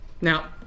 Now